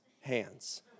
hands